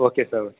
okay sir okay